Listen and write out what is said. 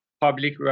public